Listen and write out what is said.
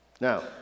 now